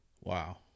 wow